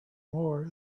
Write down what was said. more